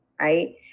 right